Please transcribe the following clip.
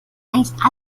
eigentlich